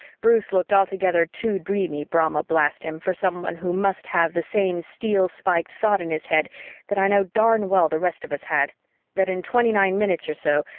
bruce looked altogether too dreamy, brahma blast him, for someone who must have the same steel-spiked thought in his head that i know darn well the rest of us had that in twenty-nine minutes or so,